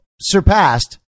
surpassed